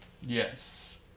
Yes